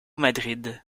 madrid